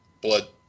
blood